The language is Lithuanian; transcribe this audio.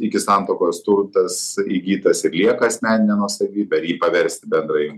iki santuokos turtas įgytas ir lieka asmenine nuosavybe ar jį paversti bendrai